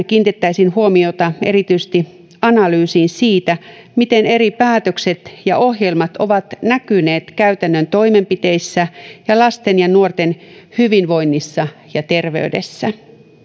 kiinnitettäisiin huomiota erityisesti analyysiin siitä miten eri päätökset ja ohjelmat ovat näkyneet käytännön toimenpiteissä ja lasten ja nuorten hyvinvoinnissa ja terveydessä